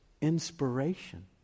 inspiration